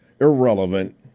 irrelevant